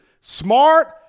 smart